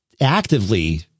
actively